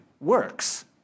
works